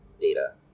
data